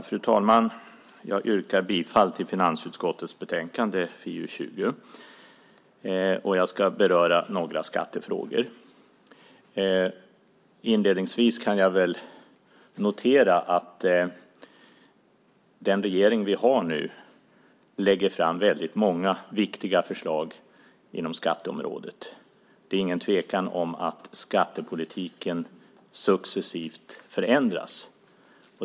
Fru talman! Jag yrkar bifall till finansutskottets förslag i betänkande FiU20. Jag ska beröra några skattefrågor. Inledningsvis kan jag notera att den regering vi har nu lägger fram många viktiga förslag på skatteområdet. Det råder ingen tvekan om att skattepolitiken successivt förändras.